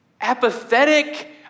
apathetic